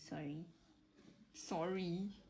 sorry sorry